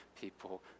people